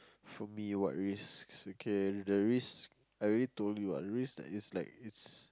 for me what risks okay the risk I already told you what the risk that is like is